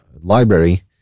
library